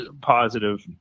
positive